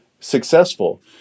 Successful